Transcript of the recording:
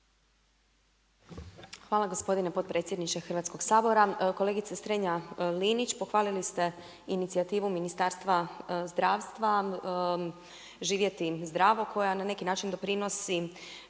Hvala gospodine potpredsjedniče Hrvatskog sabora. Kolegice Strenja-Linić, pohvalili ste inicijativu Ministarstva zdravstva, živjeti zdravo koja na neki način doprinositi,